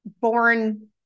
born